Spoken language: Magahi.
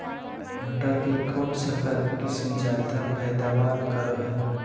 मटर के कौन संकर किस्म जायदा पैदावार करो है?